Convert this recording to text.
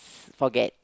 forget